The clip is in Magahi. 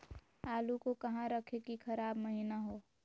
आलू को कहां रखे की खराब महिना हो?